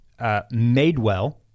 Madewell